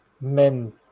men